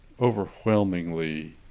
overwhelmingly